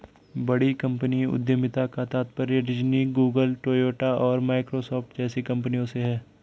बड़ी कंपनी उद्यमिता का तात्पर्य डिज्नी, गूगल, टोयोटा और माइक्रोसॉफ्ट जैसी कंपनियों से है